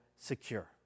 secure